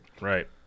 Right